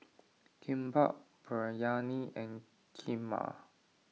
Kimbap Biryani and Kheema